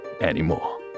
anymore